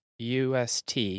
UST